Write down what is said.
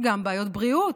יש גם בעיות בריאות,